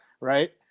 right